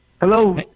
Hello